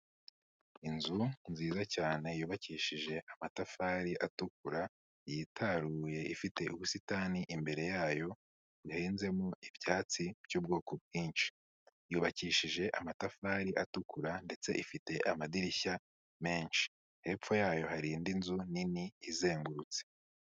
Inzu nziza cyane yubakishije amatafari atukura, yitaruye, ifite ubusitani imbere yayo buhinzemo ibyatsi by'ubwoko bwinshi, yubakishije amatafari atukura ndetse ifite amadirishya menshi, hepfo yayo hari indi nzu nini izengurutse.